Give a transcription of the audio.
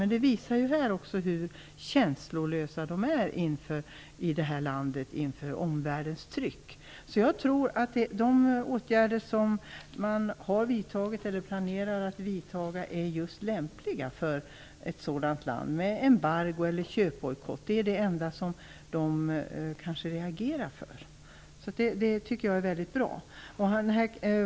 Men det här visar hur känslolösa de är i det landet inför omvärldens tryck. Jag tror att de åtgärder som har vidtagits och planeras att vidtagas är lämpliga för det här landet: embargo eller köpbojkott. Det är det enda som landet reagerar för. Det tycker jag är väldigt bra metoder.